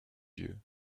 yeux